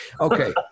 Okay